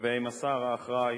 ועם השר האחראי,